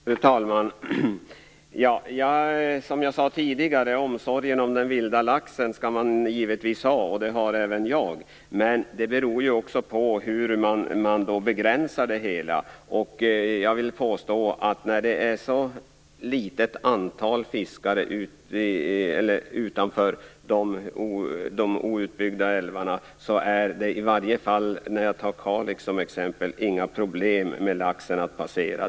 Fru talman! Som jag sade tidigare skall man givetvis ha omsorg om den vilda laxen. Det har även jag. Men det handlar ju också om hur man begränsar det hela. Jag vill påstå att det finns ett litet antal fiskare utanför de outbyggda älvarna. Jag tog Kalix som exempel. Där är det i varje fall inga problem för laxen att passera.